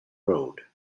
road